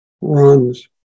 runs